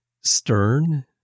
stern